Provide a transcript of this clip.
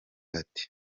ati